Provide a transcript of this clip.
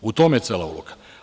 U tome je cela uloga.